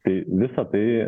tai visa tai